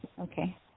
Okay